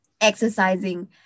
exercising